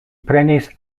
prenis